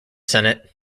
senate